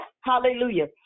hallelujah